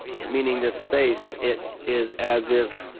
meaning, this space, it is as if,